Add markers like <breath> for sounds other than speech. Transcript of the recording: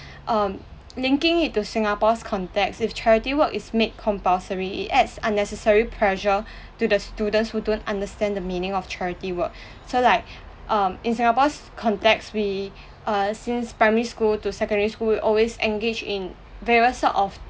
um linking it to singapore's context if charity work is made compulsory it adds unnecessary pressure to the students who don't understand the meaning of charity work <breath> so like <breath> um in singapore's context we uh since primary school to secondary school we'll always engage in various sort of